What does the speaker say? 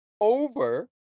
over